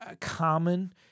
common